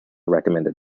recommended